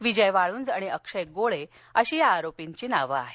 विजय वाळुंज आणि अक्षय गोळे अशी या आरोपींची नावं आहेत